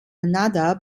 another